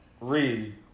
read